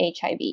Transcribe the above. HIV